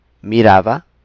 Miraba